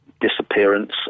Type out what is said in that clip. disappearance